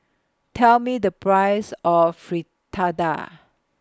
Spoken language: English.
Tell Me The Price of Fritada